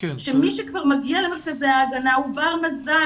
שמי שכבר מגיע למרכזי ההגנה הוא בר מזל,